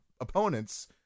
opponents